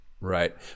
Right